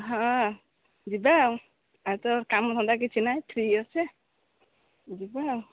ହଁ ଯିବା ଆଉ ଆଉ ତ କାମ ଧନ୍ଦା କିଛି ନାହିଁ ଫ୍ରି ଅଛି ଯିବା ଆଉ